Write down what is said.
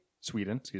Sweden